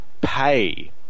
pay